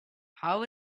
how